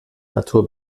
natur